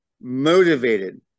motivated